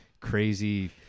crazy